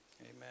Amen